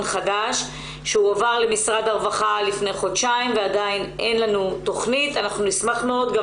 הייתי שמח לבוא ולדבר ולהרחיב בנושא, על